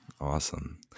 Awesome